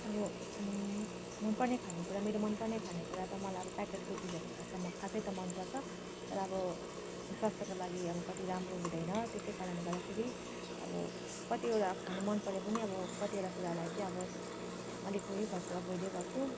अब मनपर्ने खानेकुरा मेरो मनपर्ने खानेकुरा त मलाई अब प्याकेटको चिजहरू खासमा खासै त मनपर्छ तर अब स्वास्थ्यको लागि अब कति राम्रो हुँदैन त्यसै कारणले गर्दाखेरि अब कतिवटा खानु मनपरे पनि अब कतिवटा कुरालाई चाहिँ अब अलिक उयो गर्छु अब एभोयडै गर्छु